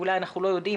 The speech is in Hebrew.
אולי אנחנו לא יודעים,